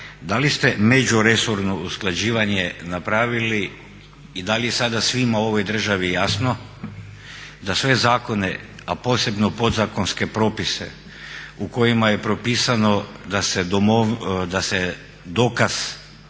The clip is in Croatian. da li ste međuresorno usklađivanje napravili i da li je sada svima u ovoj državi jasno da sve zakone, a posebno podzakonske propise u kojima je propisano da se dokaz